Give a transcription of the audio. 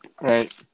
Right